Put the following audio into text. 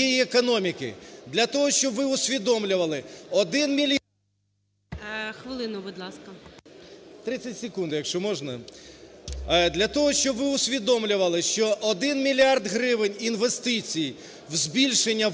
якщо можна. Для того, щоб ви усвідомлювали, що 1 мільярд гривень інвестицій у збільшення